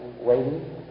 waiting